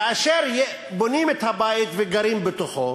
כאשר בונים את הבית וגרים בתוכו